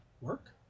Work